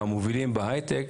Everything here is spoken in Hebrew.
המובילים בהייטק,